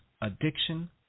addiction